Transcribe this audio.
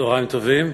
צהריים טובים,